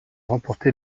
remporté